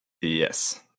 Yes